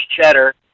cheddar